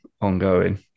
ongoing